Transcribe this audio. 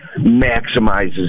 maximizes